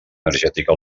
energètica